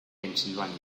pensilvania